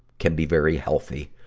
can be very healthy